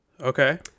Okay